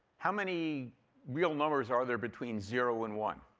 how many real numbers are there between zero and one?